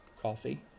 coffee